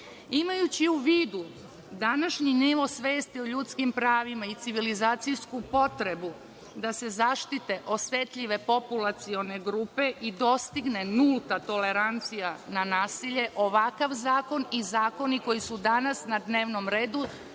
dođe. Imajući u vidu današnji nivo svesti o ljudskim pravima i civilizacijsku potrebu da se zaštite osetljive populacione grupe i dostigne nulta tolerancija na nasilje, ovakav zakon i zakoni koji su danas na dnevnom redu